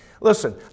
Listen